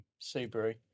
Subaru